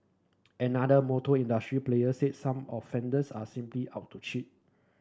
another motor industry player said some offenders are simply out to cheat